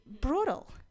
Brutal